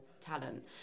talent